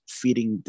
feeding